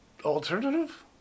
alternative